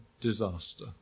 disaster